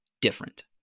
different